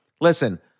listen